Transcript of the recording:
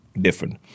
different